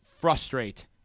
frustrate